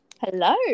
Hello